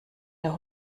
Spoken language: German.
der